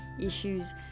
issues